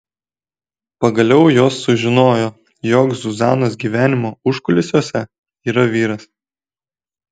pagaliau jos sužinojo jog zuzanos gyvenimo užkulisiuose yra vyras